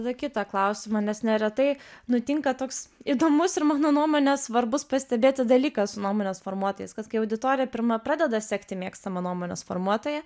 tada kitą klausimą nes neretai nutinka toks įdomus ir mano nuomone svarbus pastebėti dalykas su nuomonės formuotojas kad kai auditorija pirma pradeda sekti mėgstamą nuomonės formuotoją